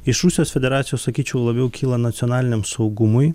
iš rusijos federacijos sakyčiau labiau kyla nacionaliniam saugumui